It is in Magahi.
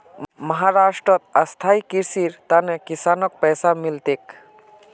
महाराष्ट्रत स्थायी कृषिर त न किसानक पैसा मिल तेक